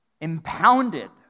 impounded